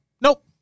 Nope